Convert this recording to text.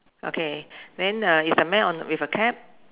okay then uh is the man on with a cap